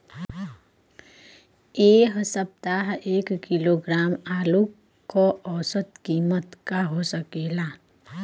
एह सप्ताह एक किलोग्राम आलू क औसत कीमत का हो सकेला?